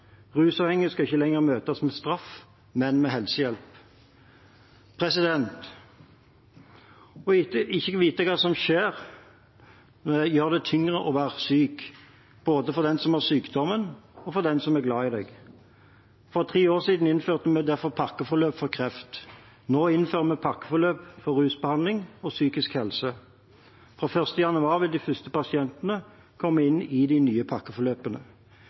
Rusavhengige skal ikke lenger møtes med straff, men med helsehjelp. Ikke å vite hva som skal skje, gjør det tyngre å være syk, både for den som har sykdommen, og for dem som er glad i en. For tre år siden innførte vi derfor pakkeforløp for kreft. Nå innfører vi pakkeforløp for rusbehandling og psykisk helse. Fra 1. januar vil de første pasientene komme inn i de nye pakkeforløpene.